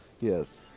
Yes